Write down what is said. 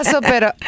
pero